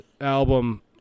album